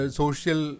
social